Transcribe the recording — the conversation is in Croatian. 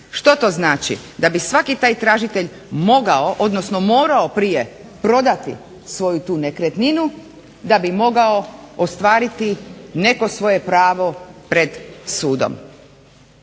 Što to znači? Da bi svaki taj tražitelj morao prodati svoju tu nekretninu da bi mogao ostvariti neko svoje pravo pred sudom.